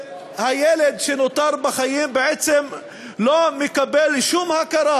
הילד שנותר בחיים בעצם לא מקבל שום הכרה